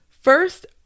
First